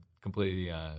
completely